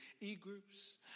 e-groups